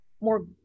more